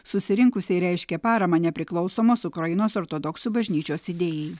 susirinkusieji reiškė paramą nepriklausomos ukrainos ortodoksų bažnyčios idėjai